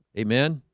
amen